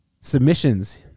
Submissions